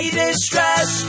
distress